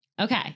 Okay